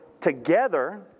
Together